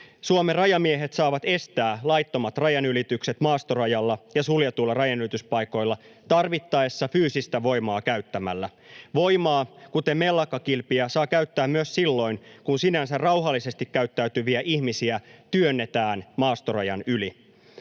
Suomen rajamiehet saavat estää laittomat rajanylitykset maastorajalla ja suljetuilla rajanylityspaikoilla tarvittaessa fyysistä voimaa käyttämällä. Voimaa, kuten mellakkakilpiä, saa käyttää myös silloin, kun sinänsä rauhallisesti käyttäytyviä ihmisiä työnnetään maastorajan yli